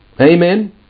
Amen